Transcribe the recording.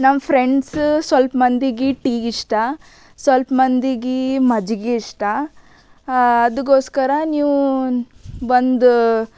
ನಮ್ಮ ಫ್ರೆಂಡ್ಸ ಸ್ವಲ್ಪ ಮಂದಿಗೆ ಟೀ ಇಷ್ಟ ಸ್ವಲ್ಪ ಮಂದಿಗೆ ಮಜ್ಜಿಗೆ ಇಷ್ಟ ಅದ್ಕೋಸ್ಕರ ನೀವು ಒಂದು